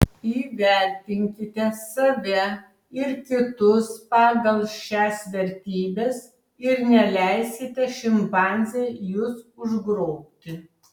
įvertinkite save ir kitus pagal šias vertybes ir neleiskite šimpanzei jus užgrobti